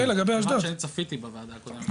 אני צפיתי בוועדה הקודמת,